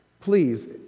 Please